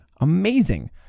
Amazing